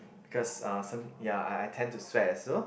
because uh some ya I I tend to sweat as well